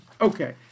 Okay